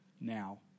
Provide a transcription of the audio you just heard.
now